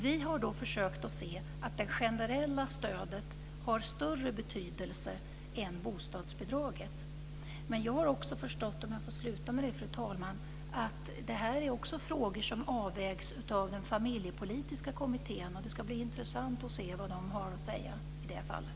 Vi har försökt att se att det generella stödet har större betydelse än bostadsbidraget. Men jag har också förstått, om jag får sluta med det fru talman, att det här också är frågor som avvägs av den familjepolitiska kommittén. Det ska bli intressant att se vad man har att säga i det här fallet.